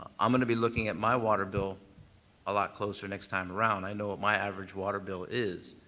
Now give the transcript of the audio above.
i'm going to be looking at my water bill a lot closer next time around. i know what my average water bill is,